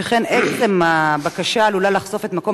שכן עצם הבקשה עלולה לחשוף את מקום